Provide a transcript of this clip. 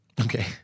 Okay